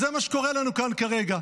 אז זה מה שקורה לנו כאן כרגע.